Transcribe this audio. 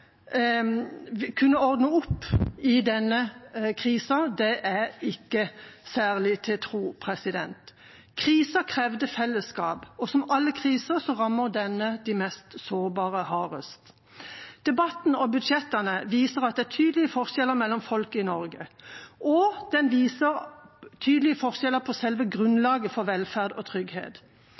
kunne ordne opp i denne krisen, står ikke særlig til troende. Krisen krevde fellesskap, og som med alle kriser rammer denne de mest sårbare hardest. Debatten – og budsjettene – viser at det er tydelige forskjeller mellom folk i Norge. Den viser tydelige forskjeller i selve grunnlaget for velferd og trygghet,